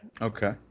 Okay